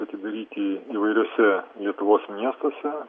atidaryti įvairiuose lietuvos miestuose